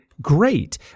great